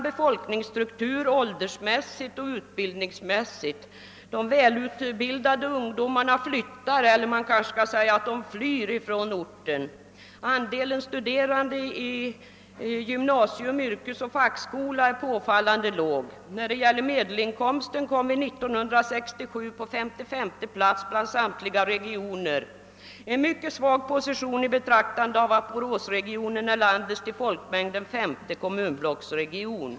Befolkningsstrukturen är åldersmässigt och utbildningsmässigt ogynnsam i vår region, de välutbildade ungdomarna flyttar — eller man kanske skulle säga att de flyr från orten — andelen studerande i gymnasium, yrkesoch fackskola är påfallande låg. När det gäller medelinkomsten kom vi 1967 på 55:e plats bland samtliga regioner — en mycket svag position i betraktande av att Boråsregionen är landets till folkmängden femte kommunblocksregion.